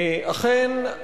אכן,